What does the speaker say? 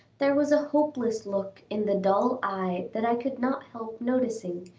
there was a hopeless look in the dull eye that i could not help noticing,